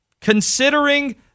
considering